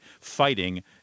fighting